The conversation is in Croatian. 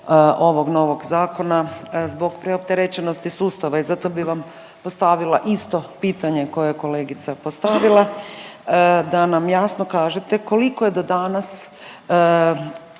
ovog novog zakona zbog preopterećenosti sustava i zato bi vam postavila isto pitanje koje je kolegica postavila, da nam jasno kažete koliko je do danas